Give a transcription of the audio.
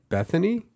Bethany